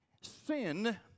sin